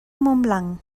montblanc